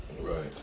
Right